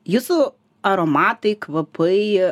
jūsų aromatai kvapai